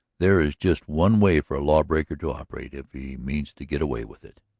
there is just one way for a law-breaker to operate if he means to get away with it.